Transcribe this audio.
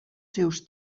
seus